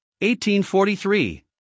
1843